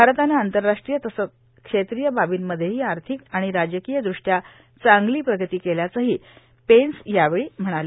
भारतानं आंतरराष्ट्रीय तसंच क्षेत्रीय बाबींमध्येही आर्थिक आणि राजकीय दृष्ट्या चांगली प्रगती केल्याचंही पेंस यावेळी म्हणाले